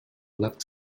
left